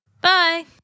Bye